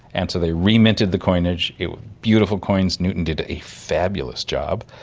and so they reminted the coinage, beautiful coins. newton did a fabulous job.